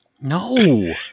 No